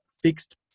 fixed